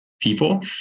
people